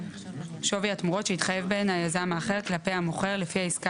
שווי התמורות שהתחייב בהן היזם האחר כלפי המוכר לפי העסקה